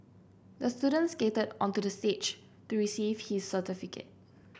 the student skated onto the stage to receive his certificate